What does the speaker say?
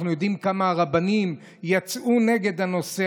אנחנו יודעים כמה הרבנים יצאו נגד הנושא